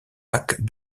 lac